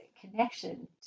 connection